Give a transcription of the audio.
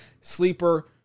Sleeper